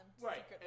Right